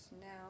Now